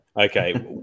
Okay